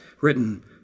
written